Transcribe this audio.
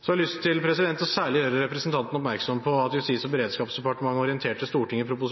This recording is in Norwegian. Så har jeg lyst til særlig å gjøre representanten oppmerksom på at Justis- og beredskapsdepartementet orienterte Stortinget i Prop.